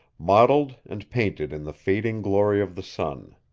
mottled and painted in the fading glory of the sun.